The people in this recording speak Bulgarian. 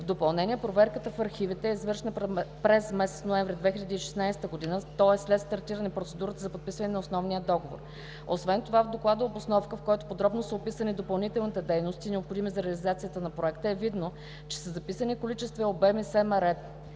В допълнение, проверката в архивите е извършена през месец ноември 2016 г., тоест след стартиране процедурата за подписване на основния договор. Освен това в доклада обосновка, в който подробно са описани допълнителните дейности, необходими за реализацията на проекта, е видно, че са записани количества и обеми СМР,